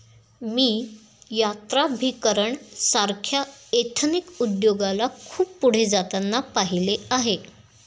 मी यात्राभिकरण सारख्या एथनिक उद्योगाला खूप पुढे जाताना पाहिले आहे